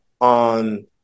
on